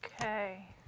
Okay